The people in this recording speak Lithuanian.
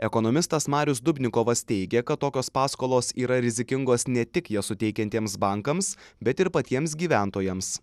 ekonomistas marius dubnikovas teigia kad tokios paskolos yra rizikingos ne tik jas suteikiantiems bankams bet ir patiems gyventojams